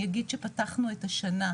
אני אגיד שפתחנו את השנה,